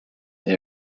they